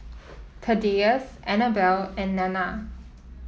Thaddeus Anabel and Nana